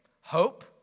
hope